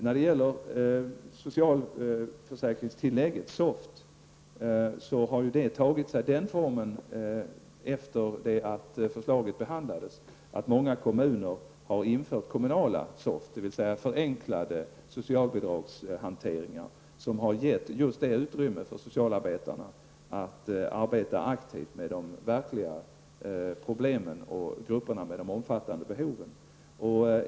När det gäller socialförsäkringstillägget, SOFT, har det tagit sig formen, efter det att förslaget bordlades, att många kommuner har infört kommunala SOFT, dvs. förenklade socialbidragshanteringar som har gett just det utrymme för socialarbetarna att kunna arbeta aktivt med de verkliga problemen och grupperna med de omfattande behoven.